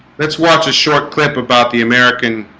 let's watch a short clip about the american